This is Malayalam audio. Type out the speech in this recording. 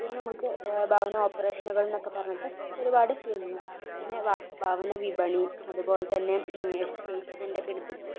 പിന്നെ നമുക്ക് ഭവന ഓപ്പറേഷനുകൾ എന്നൊക്കെ പറഞ്ഞിട്ട് ഒരുപാട് പിന്നെ ഭവന വിപണി അതുപോലെ തന്നെ സ്റ്റേറ്റ്മെൻറ് ഒക്കെ എടുത്തിട്ട്